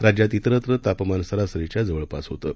राज्यात इतरत्र तापमान सरासरीच्या जवळपास होतं